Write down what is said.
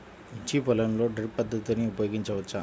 మిర్చి పొలంలో డ్రిప్ పద్ధతిని ఉపయోగించవచ్చా?